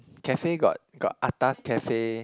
cafe got got atas cafe